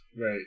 Right